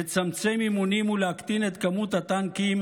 לצמצם אימונים ולהקטין את מספר הטנקים